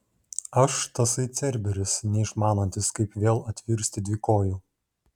aš tasai cerberis neišmanantis kaip vėl atvirsti dvikoju